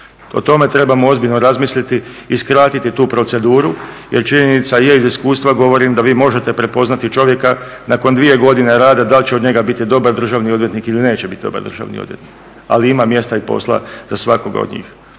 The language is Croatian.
O tome trebamo ozbiljno razmisliti i skratiti tu proceduru jer činjenica je, iz iskustva govorim, da vi možete prepoznati čovjeka nakon 2 godine rada da l će od njega biti dobar državni odvjetnik ili neće biti dobar državni odvjetnik, ali ima mjesta i posla za svakoga od njih.